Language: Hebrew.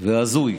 אסירים וכלואים),